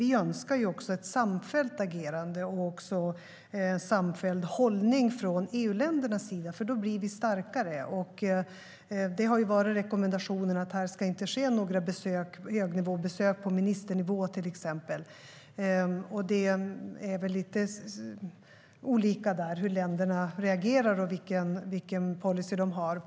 Vi önskar ett samfällt agerande och en samfälld hållning från EU-ländernas sida, för då blir vi starkare. Det har ju varit rekommendationen att det inte ska ske några högnivåbesök på ministernivå, till exempel, och det är väl lite olika hur länderna reagerar och vilken policy de har.